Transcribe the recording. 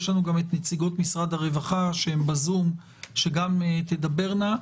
יש לנו גם את נציגות משרד הרווחה בזום שגם תדברנה.